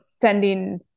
sending